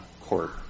court